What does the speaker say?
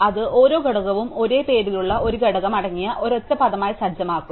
അത് ഓരോ ഘടകവും ഒരേ പേരിലുള്ള ഒരു ഘടകം അടങ്ങിയ ഒരൊറ്റ പദമായി സജ്ജമാക്കും